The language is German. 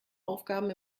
aufgaben